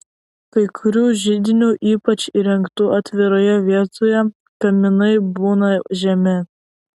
kai kurių židinių ypač įrengtų atviroje vietoje kaminai būna žemi